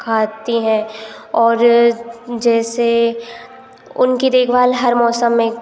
खाते हैं और जैसे उनकी देखभाल हर मौसम में